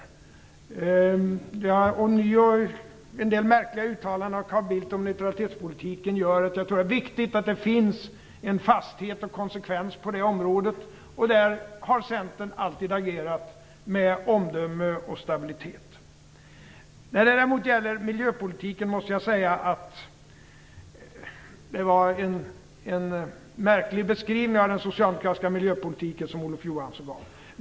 Ånyo är det en del märkliga uttalanden av Carl Bildt om neutralitetspolitiken som gör att jag tror att det är viktigt att det finns en fasthet och konsekvens på det området. Där har Centern alltid agerat med omdöme och stabilitet. När det däremot gäller miljöpolitiken måste jag säga att det var en märklig beskrivning av den socialdemokratiska miljöpolitiken som Olof Johansson gav.